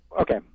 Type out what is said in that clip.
okay